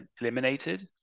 eliminated